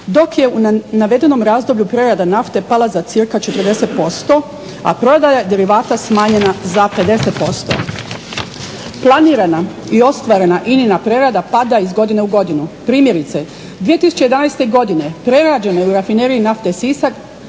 dok je u navedenom razdoblju prerada nafte pala za cca. 40% a prodaja derivata smanjena za 50%. Planirana i ostvarena INA-na prerada pada iz godine u godinu. Primjerice 2011. godine prerađeno je u rafineriji nafte Sisak